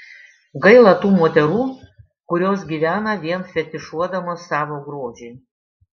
gaila tų moterų kurios gyvena vien fetišuodamos savo grožį